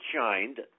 Shined